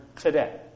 today